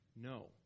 No